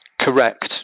correct